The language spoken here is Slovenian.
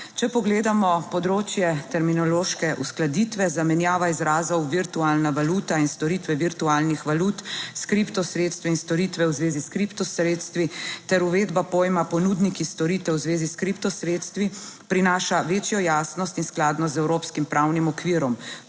Če pogledamo področje terminološke uskladitve, zamenjava izrazov, virtualna valuta in storitve virtualnih valut s kripto sredstvi in storitve v zvezi s kripto sredstvi ter uvedba pojma ponudniki storitev v zvezi s kripto sredstvi. Prinaša večjo jasnost in skladnost z evropskim pravnim okvirom.